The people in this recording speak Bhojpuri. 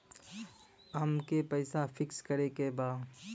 अमके पैसा फिक्स करे के बा?